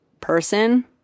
person